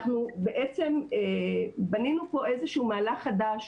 אנחנו בעצם בנינו פה איזשהו מהלך חדש